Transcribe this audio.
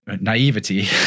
naivety